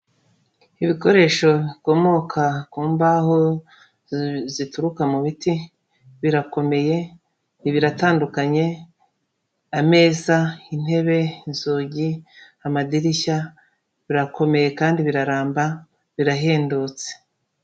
Ibikoresho bikomoka ku mbaho zituruka mu biti, birakomeye, biratandukanye, ameza, intebe, inzugi, amadirishya, birakomeye kandi biraramba, birahendutse.